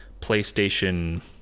PlayStation